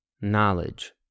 knowledge